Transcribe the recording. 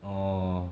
orh